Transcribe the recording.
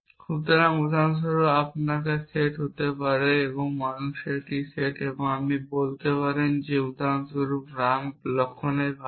সুতরাং উদাহরণস্বরূপ আপনার কাছে সেটটি হতে পারে মানুষের একটি সেট এবং আপনি বলতে পারেন যে উদাহরণস্বরূপ রাম লক্ষ্মণের ভাই